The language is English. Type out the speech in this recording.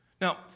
Now